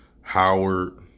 Howard